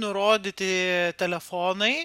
nurodyti telefonai